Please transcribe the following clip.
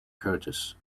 curtis